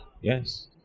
Yes